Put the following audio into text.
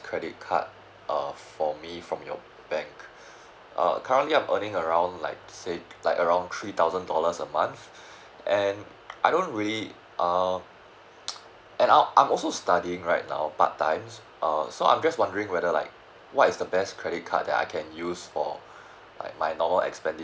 credit card uh for me from your bank currently I am earning around like say like around three thousand dollars a month and I don't really um and I I'm also studying right now part times err so I'm just wondering whether like what is the best credit card that I can use for my normal expenditure